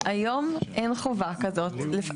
היום, אין חובה כזאת.